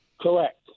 Correct